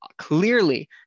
Clearly